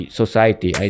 society